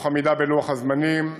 תוך עמידה בלוח הזמנים.